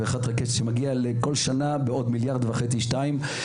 כסף שמגיע לכל שנה בעוד מיליארד וחצי-שני מיליארד.